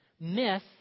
Myth